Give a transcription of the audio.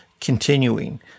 continuing